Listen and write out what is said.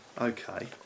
okay